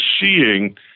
seeing